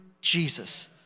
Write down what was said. Jesus